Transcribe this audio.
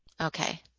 Okay